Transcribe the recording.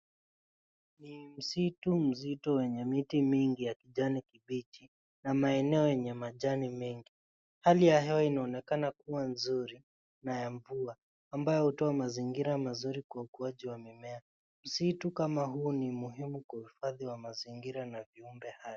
Ni msitu mzito wenye miti mingi ya kijani kibichi, na maeneo yenye majani mengi. Hali ya hewa inaonekana kuwa nzuri na ya mvua, ambayo hutoa mazingira mazuri kwa ukuwaji wa mimea. Msitu kama huu ni muhimu kwa uhifadhi wa mazingira, na viumbe hai.